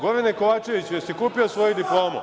Goran Kovačeviću, jesi li kupio svoju diplomu?